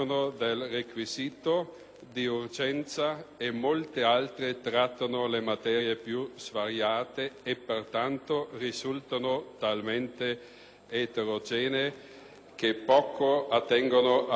di urgenza e molte altre trattano le materie più svariate e, pertanto, risultano talmente eterogenee che poco attengono a proroghe di termini.